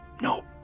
No